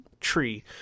tree